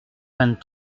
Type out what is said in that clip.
vingt